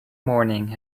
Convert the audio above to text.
morning